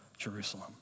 Jerusalem